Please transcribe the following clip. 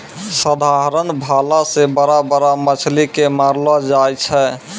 साधारण भाला से बड़ा बड़ा मछली के मारलो जाय छै